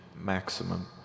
maximum